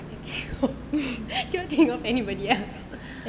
cannot think of anybody else